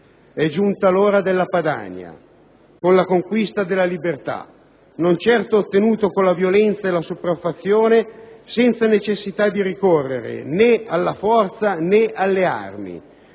È giunta l'ora della Padania, con la conquista della libertà, non certo ottenuta con la violenza o la sopraffazione, senza necessità di ricorrere né alla forza né alle armi,